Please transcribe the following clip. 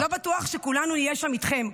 לא בטוח שכולנו נהיה שם איתכם.